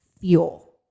fuel